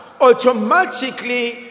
automatically